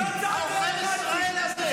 הוא לא צעק לחיילים שלנו, הוא לא צעק להם נאצים.